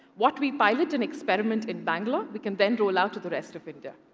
what we pilot and experiment in bangalore we can then roll out to the rest of india.